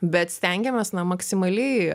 bet stengiamės maksimaliai